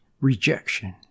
rejection